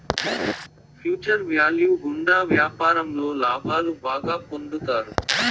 future value గుండా వ్యాపారంలో లాభాలు బాగా పొందుతారు